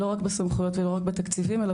לא רק בסמכויות ולא רק בתקציבים אלא